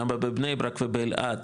למה בבני ברק ובאלעד,